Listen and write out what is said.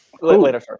Later